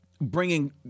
bringing